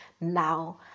now